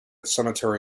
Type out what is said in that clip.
cemetery